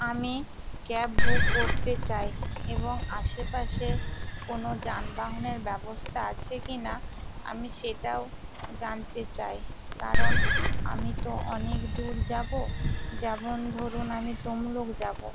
আমি cab book করতে চাই এবং আশেপাশে কোনও যানবাহনের ব্যবস্থা আছে কি না আমি সেটাও জানতে চাই কারণ আমি তো অনেক দূর যাবো যেমন ধরুন আমি তমলুক যাবো